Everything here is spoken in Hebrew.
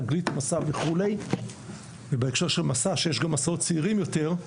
תגלית מסע וכו' ובהקשר של מסע שיש גם מסעות צעירים יותר,